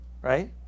right